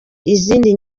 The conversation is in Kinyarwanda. izindi